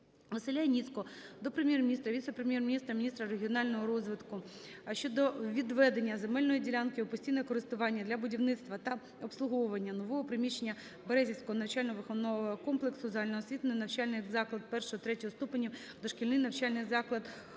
Василя Яніцького до Прем'єр-міністра, віце-прем’єр-міністра, міністра регіонального розвитку щодо відведення земельної ділянки у постійне користування для будівництва та обслуговування нового приміщення Березівського навчально-виховного комплексу "Загальноосвітній навчальний заклад І-ІІІ ступенів, дошкільний навчальний заклад"